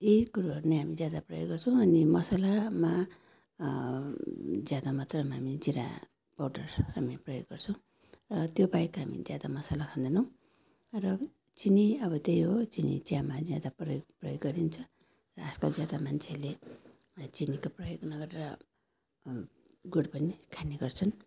यी कुरोहरू नै हामी ज्यादा प्रयोग गर्छौँ अनि मसलामा ज्यादा मात्रामा हामी जिरा पाउडर हामी प्रयोग गर्छौँ र त्यो बाहेक हामी ज्यादा मसला खाँदैनौँ र चिनी अब त्यही हो चिनी चियामा ज्यादा प्रयोग प्रयोग गरिन्छ र आजकल ज्यादा मान्छेले चिनीको प्रयोग नगरेर गुड पनि खाने गर्छन्